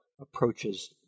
approaches